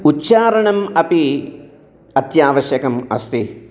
उच्चारणम् अपि अत्यावश्यकम् अस्ति